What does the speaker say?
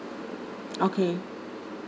okay